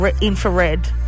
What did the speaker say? infrared